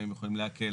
האם הם יכולים להקל,